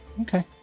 Okay